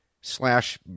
slash